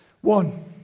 One